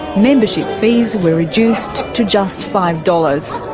membership fees were reduced to just five dollars.